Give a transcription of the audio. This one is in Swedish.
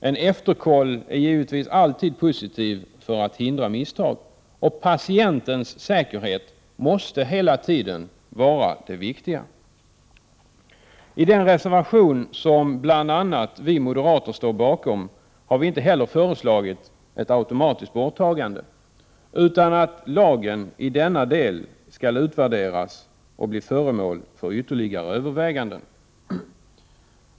En efterkontroll är givetvis alltid positiv för att hindra misstag, och patientens säkerhet måste hela tiden vara det viktiga. I den reservation som bl.a. vi moderater står bakom har vi inte heller föreslagit att signeringstvånget automatiskt skall borttas utan att lagen i denna del skall utvärderas och bli föremål för ytterligare överväganden.